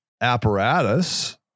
Apparatus